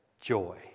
joy